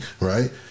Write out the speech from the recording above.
right